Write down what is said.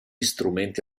strumenti